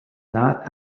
not